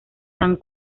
tan